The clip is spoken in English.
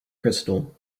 crystal